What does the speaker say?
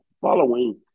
following